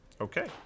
Okay